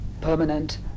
permanent